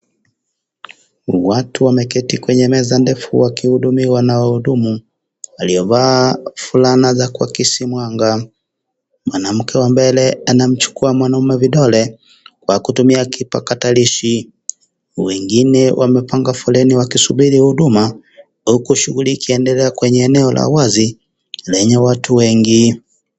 Watu wameketi kwenye meza ndefu wakihudumiwa na wahudumu waliovaa fulana za kuakisi mwanga. Mwanamke wa mbele anamchukua mwanaume vidole kwa kutumia kipakatalishi. Wengine wamepanga foleni wakisubiri huduma huku shughuli ikiendelea kwenye eneo la wazi lenye watu wengi.